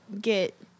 get